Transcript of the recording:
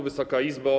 Wysoka Izbo!